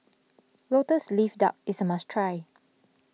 Lotus Leaf Duck is a must try